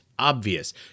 obvious